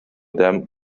dem